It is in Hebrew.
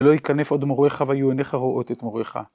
‫ולא ייכנף עוד מוריך ‫והיו עיניך רואות את מוריך.